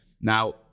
now